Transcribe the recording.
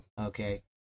okay